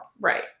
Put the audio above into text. Right